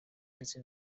ndetse